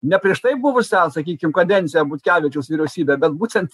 ne prieš tai buvusią sakykim kadenciją butkevičiaus vyriausybę bet būtent